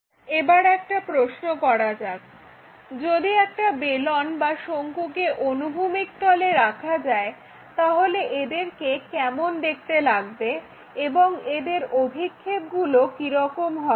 এবার একটা প্রশ্ন করা যাক যদি একটা বেলন বা শঙ্কুকে অনুভূমিক তলে রাখা হয় তাহলে এদেরকে কেমন দেখতে লাগবে এবং এদের অভিক্ষেপগুলো কিরকম হবে